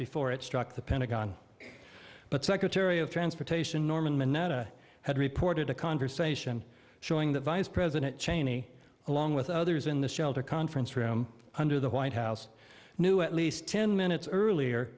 before it struck the pentagon but secretary of transportation norman mineta had reported a conversation showing the vice president cheney along with others in the shelter conference room under the white house knew at least ten minutes earlier